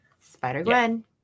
Spider-Gwen